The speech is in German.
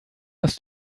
was